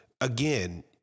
again